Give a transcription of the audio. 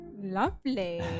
lovely